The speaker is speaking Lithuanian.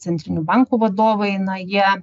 centrinių bankų vadovai na jie